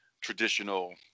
traditional